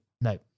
No